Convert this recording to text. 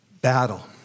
battle